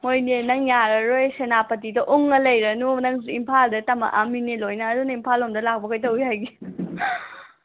ꯍꯣꯏꯅꯦ ꯅꯪ ꯌꯥꯔꯔꯣꯏ ꯁꯦꯅꯥꯄꯇꯤꯗ ꯎꯡꯉ ꯂꯩꯔꯅꯨ ꯅꯪꯁꯨ ꯏꯝꯐꯥꯜꯗ ꯇꯝꯃꯛꯑꯝꯃꯤꯅꯦ ꯂꯣꯏꯅ ꯑꯗꯨꯅ ꯏꯝꯐꯥꯜ ꯂꯣꯝꯗ ꯂꯥꯛꯄ ꯀꯩꯗꯧꯏꯋꯦ ꯍꯥꯏꯒꯦ